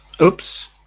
oops